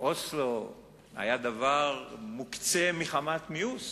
אוסלו היה דבר מוקצה מחמת מיאוס